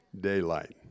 daylight